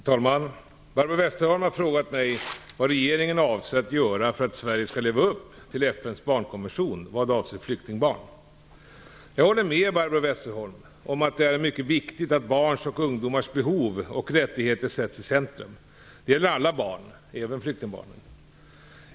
Herr talman! Barbro Westerholm har frågat mig vad regeringen avser att göra för att Sverige skall leva upp till FN:s barnkonvention vad avser flyktingbarn. Jag håller med Barbro Westerholm om att det är mycket viktigt att barns och ungdomars behov och rättigheter sätts i centrum. Detta gäller alla barn, även flyktingbarn.